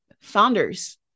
founders